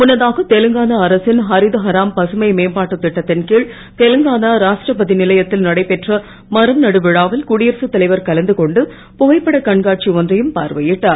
முன்னதாக தெலுங்கானா அரசின் ஹரித ஹாரம் பசுமை மேம்பாட்டுத் திட்டத்தின்கீழ் தெலுங்கானா ராஷ்டிரபதி நிலையத்தில் நடைபெற்ற மரம் நடு விழாவில் குடியரசுத் தலைவர் கலந்துகொண்டு புகைப்பட கண்காட்சி ஒன்றையும் பார்வையிட்டார்